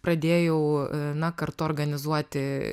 pradėjau na kartu organizuoti